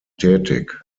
tätig